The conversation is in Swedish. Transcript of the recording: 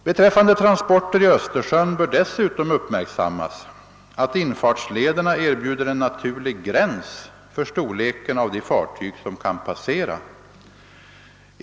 Beträffande transporter i Ös tersjön bör dessutom uppmärksammas att infartslederna erbjuder en naturlig gräns för storleken av de fartyg som kan passera.